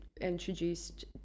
introduced